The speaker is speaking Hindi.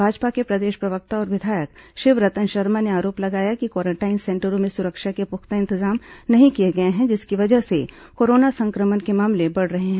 भाजपा के प्रदेश प्रवक्ता और विधायक शिवरतन शर्मा ने आरोप लगाया कि क्वारेंटाइन सेंटरों में सुरक्षा के पुख्ता इंतजाम नहीं किए गए हैं जिसकी वजह से कोरोना संक्रमण के मामले बढ़ रहे हैं